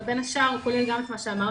אבל בין השאר הוא כולל גם את מה שאמרתי,